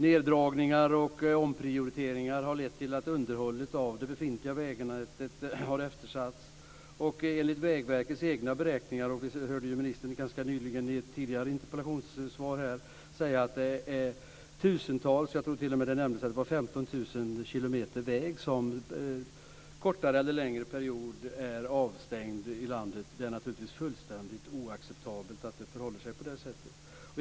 Neddragningar och omprioriteringar har lett till att underhållet av de befintliga vägarna har eftersatts. Jag hörde ministern ganska nyligen i ett tidigare interpellationssvar säga att det är tusentals kilometer, - jag tror t.o.m. att det nämndes 15 000 kilometer - vägar som under kortare eller längre perioder är avstängda i landet. Det är naturligtvis fullständigt oacceptabelt att det förhåller sig på det sättet.